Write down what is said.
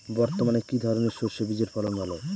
বর্তমানে কি ধরনের সরষে বীজের ফলন ভালো?